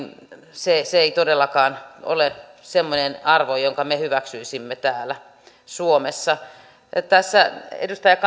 se se ei todellakaan ole semmoinen arvo jonka me hyväksyisimme täällä suomessa tässä edustaja